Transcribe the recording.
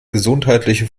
gesundheitliche